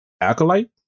Acolyte